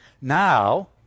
Now